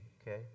Okay